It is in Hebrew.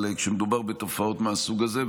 אבל כשמדובר בתופעות מהסוג הזה,